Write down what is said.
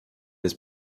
des